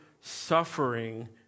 suffering